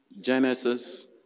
Genesis